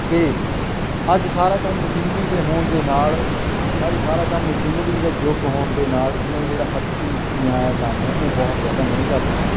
ਕਿ ਅੱਜ ਸਾਰਾ ਕੰਮ ਮਸ਼ੀਨਰੀ ਦੇ ਹੋਣ ਦੇ ਨਾਲ ਅੱਜ ਸਾਰਾ ਕੰਮ ਮਸ਼ੀਨਰੀ ਦਾ ਯੁੱਗ ਹੋਣ ਦੇ ਨਾਲ ਉਹਨਾਂ ਦਾ ਜਿਹੜਾ ਹੱਥੀਂ ਬਣਾਇਆ ਕੰਮ ਹੈ ਉਹ ਬਹੁਤ ਜ਼ਿਆਦਾ ਮਹਿੰਗਾ ਪੈਂਦਾ